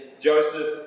Joseph